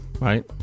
right